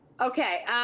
Okay